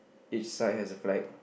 each side has a flag